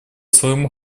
своему